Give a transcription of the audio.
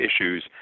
issues